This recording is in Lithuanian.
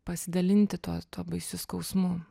pasidalinti tuo tuo baisiu skausmu